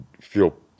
feel